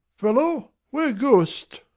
fellow, where goest?